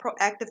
Proactive